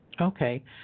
Okay